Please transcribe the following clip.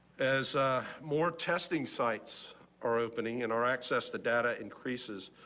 as a more testing sites are opening in our access. the data increases.